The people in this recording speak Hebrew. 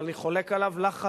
אבל אני חולק עליו לחלוטין,